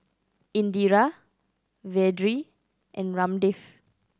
Indira Vedre and Ramdev